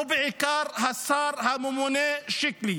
ובעיקר השר הממונה שיקלי.